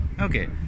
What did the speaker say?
Okay